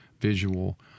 visual